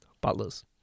Butler's